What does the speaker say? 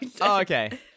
okay